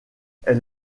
elle